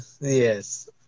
Yes